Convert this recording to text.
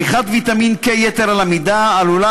צריכת ויטמין K יתר על המידה עלולה